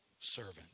servant